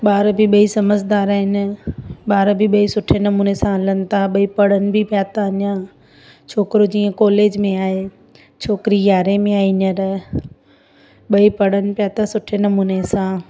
ॿार बि ॿई समझदार आहिनि ॿार बि ॿई सुठे नमूने सां हलनि था ॿई पढ़िण बि पिया था अञा छोकिरो जीअं कॉलेज में आहे छोकिरी यारहें में आहे हीअंर ॿई पढ़िण पिया था सुठे नमूने सां